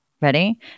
Ready